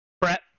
Brett